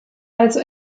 also